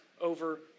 over